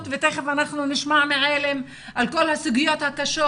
ותיכף אנחנו נשמע מעלם על כל הסוגיות הקשות.